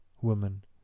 woman